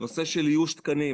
הנושא של איוש תקנים